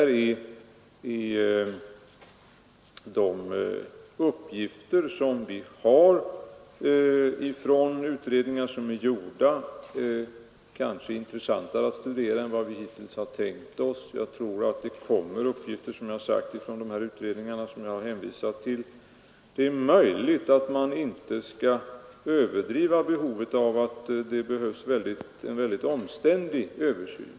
De uppgifter som vi har från utredningar som är gjorda är kanske intressantare att studera än vad vi hittills har tänkt oss, och jag tror att det kommer uppgifter från de utredningar som jag har Nr 143 hänvisat till. Det är möjligt att vi inte skall överdriva behovet av en Fredagen den ytterst omständlig översyn.